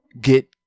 get